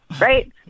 right